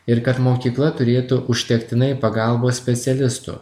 ir kad mokykla turėtų užtektinai pagalbos specialistų